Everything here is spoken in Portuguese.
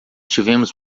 tivemos